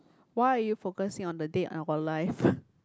why are you focusing on the date and on life